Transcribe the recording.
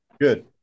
Good